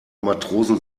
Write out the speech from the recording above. matrosen